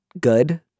good